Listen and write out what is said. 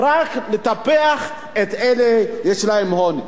ורק לטפח את אלה שיש להם הון.